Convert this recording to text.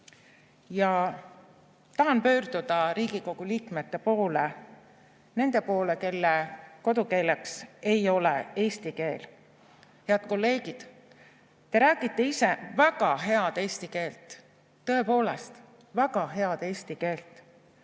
Tahan pöörduda Riigikogu liikmete poole, nende poole, kelle kodukeel ei ole eesti keel. Head kolleegid! Te räägite ise väga head eesti keelt, tõepoolest väga head eesti keelt,